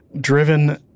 driven